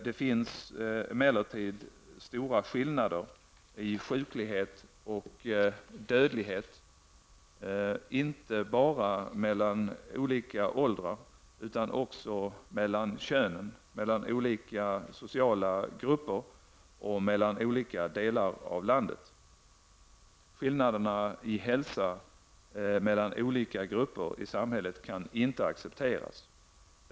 Det finns emellertid stora skillnader i sjuklighet och dödlighet inte bara mellan olika åldrar utan också mellan könen, mellan olika sociala grupper och mellan olika delar av landet. Skillnaderna i hälsa mellan olika grupper i samhället kan inte accepteras.